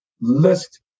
list